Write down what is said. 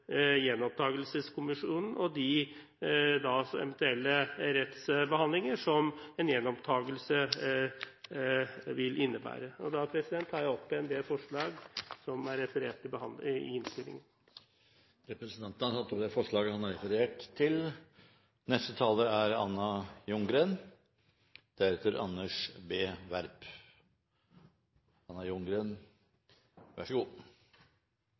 Gjenopptakelseskommisjonen og de eventuelle rettsbehandlinger som en gjenopptakelse vil innebære. Med det tar jeg opp det forslaget som er referert i innstillingen. Representanten Hans Frode Kielland Asmyhr har tatt opp det forslaget han refererte til. Det er